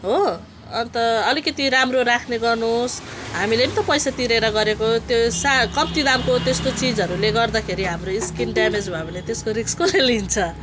हो अन्त अलिकति राम्रो राख्ने गर्नुहोस् हामीले पनि त पैसा तिरेर गरेको त्यो सा कम्ती दामको त्यस्तो चिजहरूले गर्दाखेरि हाम्रो स्किन ड्यामेज भयो भने त्यसको रिक्स कसले लिन्छ